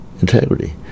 integrity